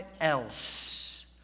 else